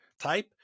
type